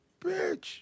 bitch